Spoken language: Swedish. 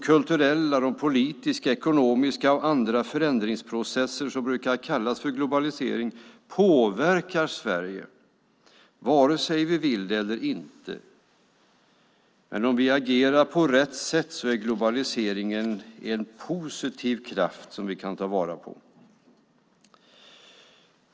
Kulturella, politiska, ekonomiska och andra förändringsprocesser som brukar kallas globalisering påverkar Sverige vare sig vi vill det eller inte. Men om vi agerar på rätt sätt är globaliseringen en positiv kraft som vi kan ta vara på.